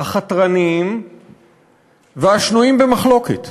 החתרניים והשנויים במחלוקת,